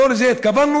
לא לזה התכוונו,